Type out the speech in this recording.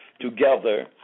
together